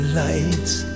lights